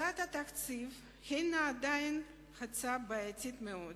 הצעת התקציב הינה עדיין הצעה בעייתית מאוד.